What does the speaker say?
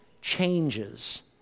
changes